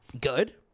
good